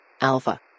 Alpha